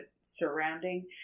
surrounding